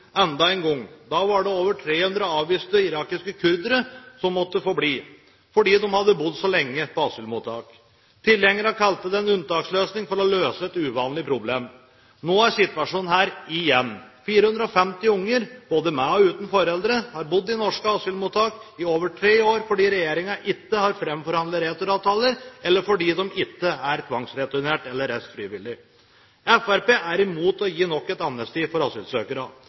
enda en gang. Da var det over 300 avviste irakiske kurdere som måtte få bli fordi de hadde bodd så lenge på asylmottak. Tilhengerne kalte det en unntaksløsning for å løse et uvanlig problem. Nå er situasjonen her igjen. 450 unger, både med og uten foreldre, har bodd i norske asylmottak i over tre år fordi regjeringen ikke har framforhandlet returavtaler, eller fordi de ikke er tvangsreturnert eller har reist frivillig. Fremskrittspartiet er imot å gi nok et amnesti for asylsøkere.